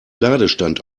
ladestand